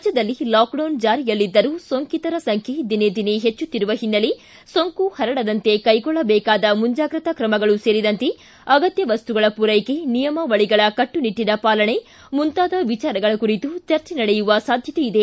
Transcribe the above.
ರಾಜ್ಯದಲ್ಲಿ ಲಾಕ್ಡೌನ್ ಜಾರಿಯಲ್ಲಿದ್ದರೂ ಸೋಂಕಿತರ ಸಂಖ್ಯೆ ದಿನೇದಿನೇ ಹೆಚ್ಚುಕ್ತಿರುವ ಹಿನ್ನೆಲೆ ಸೋಂಕು ಹರಡದಂತೆ ಕೈಗೊಳ್ಳಬೇಕಾದ ಮುಂಜಾಗ್ರತಾ ತ್ರಮಗಳು ಸೇರಿದಂತೆ ಅಗತ್ತ ವಸ್ತುಗಳ ಪೂರೈಕೆ ನಿಯಮಾವಳಗಳ ಕಟ್ಟುನಿಟ್ಟಿನ ಪಾಲನೆ ಮುಂತಾದ ವಿಚಾರಗಳ ಕುರಿತು ಚರ್ಚೆ ನಡೆಯುವ ಸಾಧ್ಯತೆ ಇದೆ